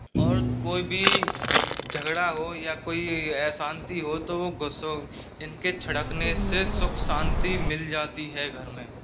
और कोई भी झगड़ा हो या कोई अशांति हो तो वो इनके छिड़कने से सुख शांति मिल जाती है घर में